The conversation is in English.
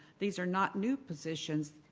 these are not new positions,